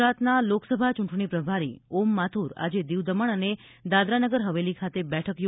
ગુજરાતના લોકસભા ચૂંટણી પ્રભારી ઓમ માથુર આજે દીવ દમણ અને દાદરાનગર હવેલી ખાતે બેઠક યોજશે